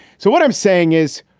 so what i'm saying is,